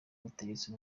butegetsi